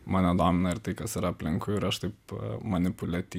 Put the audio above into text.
mane domina ir tai kas yra aplinkui ir aš taip manipuliuoty